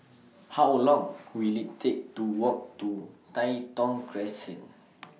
How Long Will IT Take to Walk to Tai Thong Crescent